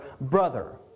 brother